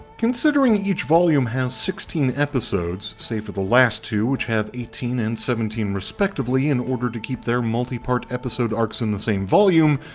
considering each volume has sixteen episodes, save for the last two that have eighteen and seventeen respectively in order to keep their multi-part episode arcs in the same volume,